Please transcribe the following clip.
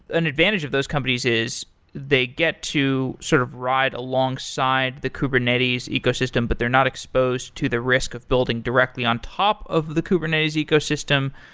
an advantage of those companies is they get to sort of ride alongside the kubernetes ecosystem, but they're not exposed to the risk of building directly on top of the kubernetes ecosystem,